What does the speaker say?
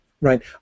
right